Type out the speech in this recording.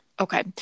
Okay